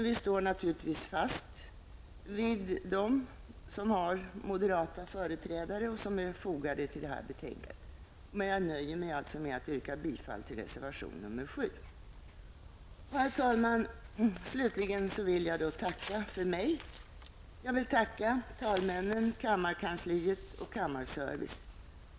Vi står naturligtvis fast vid de reservationer med moderata företrädare som är fogade till detta betänkande, men jag nöjer mig med att yrka bifall till reservation nr 7. Herr talman! Jag vill slutligen tacka för mig. Jag vill tacka talmännen, kammarkansliet och kammarservice.